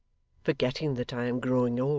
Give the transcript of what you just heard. forgetting that i am growing old,